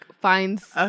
finds